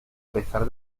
pesar